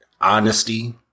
honesty